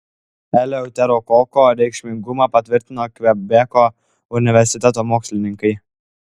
eleuterokoko reikšmingumą patvirtino kvebeko universiteto mokslininkai